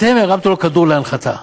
אתם הרמתם לו כדור להנחתה.